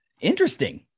interesting